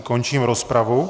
Končím rozpravu.